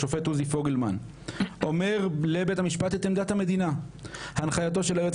השופט עוזי פוגלמן אומר לבית המשפט את עמדת המדינה: הנחייתו של היועץ